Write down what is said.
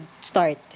start